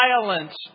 violence